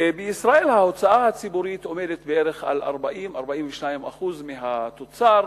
ובישראל ההוצאה הציבורית עומדת על 40% 42% מהתוצר.